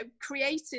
created